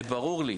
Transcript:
זה ברור לי.